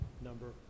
number